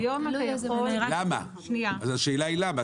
אז השאלה היא למה.